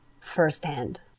firsthand